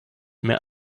mehr